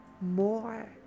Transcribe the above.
more